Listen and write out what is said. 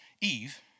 Eve